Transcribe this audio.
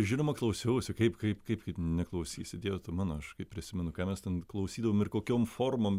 žinoma klausiausi kaip kaip kaip neklausysi dieve tu mano aš kai prisimenu ką mes ten klausydavom ir kokiom formom